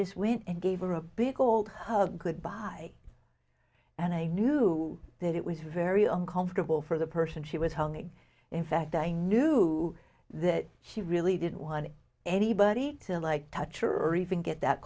just went and gave her a big old hug goodbye and i knew that it was very uncomfortable for the person she was holding in fact i knew that she really didn't want anybody to like touch or or even get that